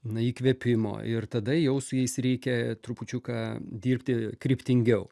na įkvėpimo ir tada jau su jais reikia trupučiuką dirbti kryptingiau